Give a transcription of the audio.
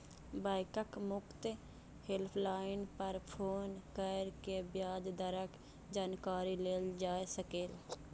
बैंकक मुफ्त हेल्पलाइन पर फोन कैर के ब्याज दरक जानकारी लेल जा सकैए